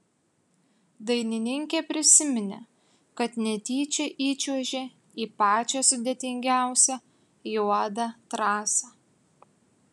dainininkė prisiminė kad netyčia įčiuožė į pačią sudėtingiausią juodą trasą